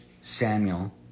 Samuel